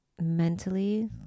mentally